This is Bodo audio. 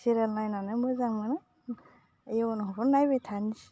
सिरियाल नायनानै मोजां मोनो ओइ उनाव इखौनो नायबाय थानस